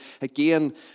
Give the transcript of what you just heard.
again